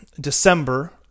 December